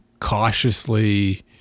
Cautiously